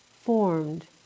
formed